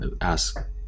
ask